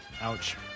Ouch